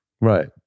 Right